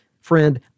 friend